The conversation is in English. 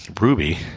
Ruby